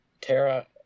tara